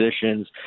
positions